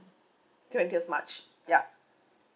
twentieth march yup